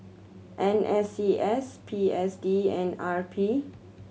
N S C S P S D and R P